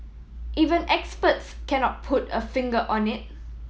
even experts cannot put a finger on it